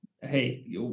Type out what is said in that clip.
Hey